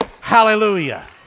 Hallelujah